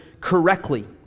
correctly